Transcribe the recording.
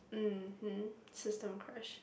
mmhmm system crash